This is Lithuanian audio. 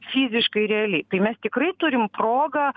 fiziškai realiai tai mes tikrai turim progą